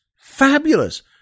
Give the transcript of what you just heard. fabulous